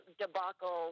debacle